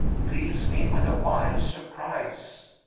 fills me with a wild surprise?